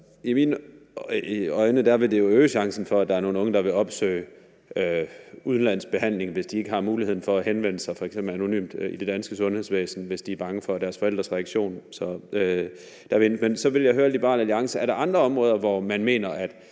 I mine øjne vil det jo øge chancen for, at der er nogle unge, der vil opsøge udenlandsk behandling, at de ikke har muligheden for at henvende sig f.eks. anonymt i det danske sundhedsvæsen, hvis de er bange for deres forældres reaktion. Men så vil jeg høre Liberal Alliance om, om der er andre områder, hvorpå man mener